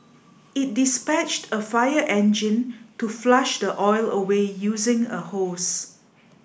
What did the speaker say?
it dispatched a fire engine to flush the oil away using a hose